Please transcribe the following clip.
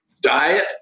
diet